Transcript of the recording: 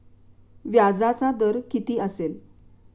व्याजाचा दर किती असेल?